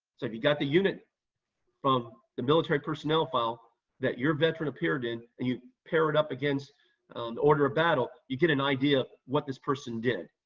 so if you got the unit from the military personnel file that your veteran appeared in and you pair it up against the order of battle, you get an idea what this person did.